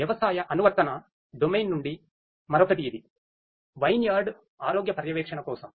వ్యవసాయ అనువర్తన డొమైన్ నుండి మరొకటి ఇదివైన్యార్డ్ ఆరోగ్య పర్యవేక్షణ కోసం